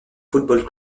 football